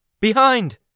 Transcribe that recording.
Behind